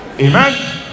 Amen